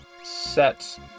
Set